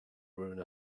ruin